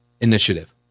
Initiative